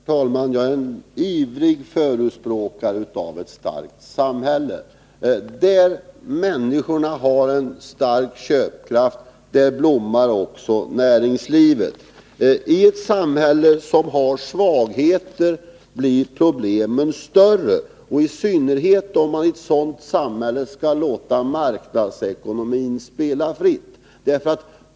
Herr talman! Jag är en ivrig förespråkare för ett starkt samhälle. Där människorna har en stark köpkraft, där blommar också näringslivet. I ett samhälle som har svagheter blir problemen större, i synnerhet om man i ett sådant samhälle skall låta marknadsekonomin spela fritt.